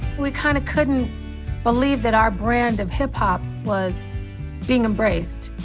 we kinda couldn't believe that our brand of hip-hop was being embraced.